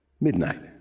midnight